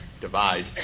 divide